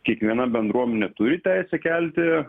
kiekviena bendruomenė turi teisę kelti